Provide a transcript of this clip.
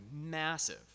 massive